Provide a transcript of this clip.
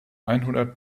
einhundert